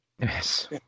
Yes